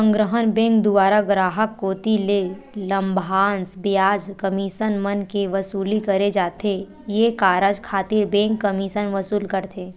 संग्रहन बेंक दुवारा गराहक कोती ले लाभांस, बियाज, कमीसन मन के वसूली करे जाथे ये कारज खातिर बेंक कमीसन वसूल करथे